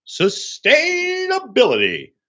sustainability